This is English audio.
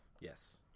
Yes